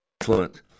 influence